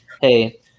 hey